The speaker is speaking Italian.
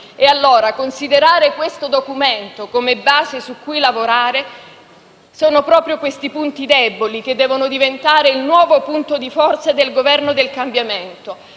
nel considerare questo Documento come base su cui lavorare, questi punti deboli devono diventare il nuovo punto di forza del Governo del cambiamento,